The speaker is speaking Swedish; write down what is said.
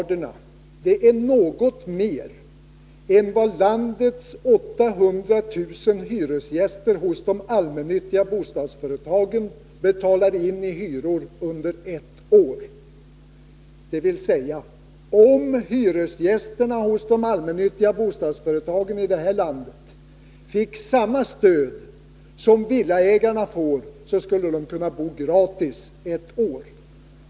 Det är något mer än vad landets 800 000 hyresgäster hos de allmännyttiga bostadsföretagen betalar in i hyror under ett år. Om alltså hyresgästerna hos de allmännyttiga bostadsföretagen i det här landet fick samma stöd som villaägarna får, skulle de kunna bo gratis i ett år.